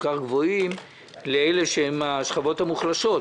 כך גבוהים לאלה שהם השכבות המוחלשות,